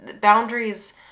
boundaries